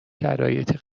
شرایطی